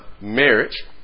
marriage